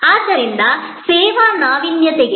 ಆದ್ದರಿಂದ ಸೇವಾ ನಾವೀನ್ಯತೆಗೆ ಇದು ಉತ್ತಮ ಮಾದರಿಯಾಗಿದೆ